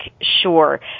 sure